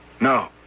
No